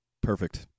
perfect